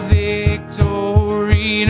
victory